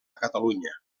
catalunya